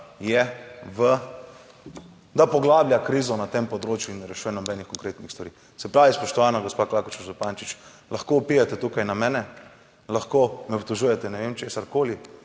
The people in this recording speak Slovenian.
predlogu, da poglablja krizo na tem področju in ne rešuje nobenih konkretnih stvari. Se pravi, spoštovana gospa Klakočar Zupančič, lahko vpijete tukaj na mene, lahko me obtožujete ne vem česarkoli,